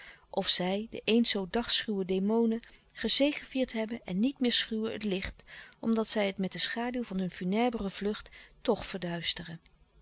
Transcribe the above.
of zij de eens zoo dagschuwe demonen gezegevierd hebben en niet meer schuwen het licht omdat zij het met de schaduw van hun funèbre vlucht tch verduisteren